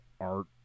art